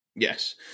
Yes